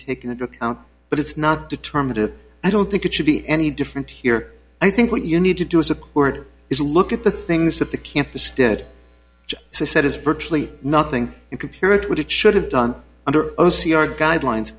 taken into account but it's not determinative i don't think it should be any different here i think what you need to do is a quarter is a look at the things that the campus dead set is virtually nothing compared to what it should have done under o c r guidelines